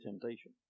temptation